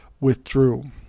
withdrew